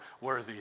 worthy